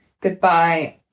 Goodbye